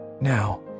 now